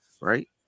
right